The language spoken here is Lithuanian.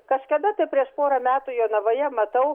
kažkada tai prieš porą metų jonavoje matau